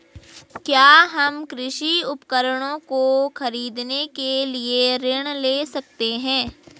क्या हम कृषि उपकरणों को खरीदने के लिए ऋण ले सकते हैं?